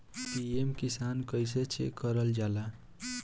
PM Kisan कइसे check करल जाला?